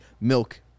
milk